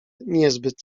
niezbyt